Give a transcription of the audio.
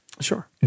Sure